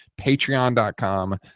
patreon.com